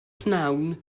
pnawn